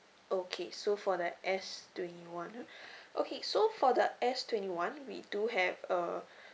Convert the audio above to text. okay so for the S twenty one ah okay so for the S twenty one we do have uh